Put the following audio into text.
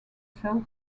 cell